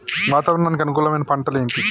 వాతావరణానికి అనుకూలమైన పంటలు ఏంటి?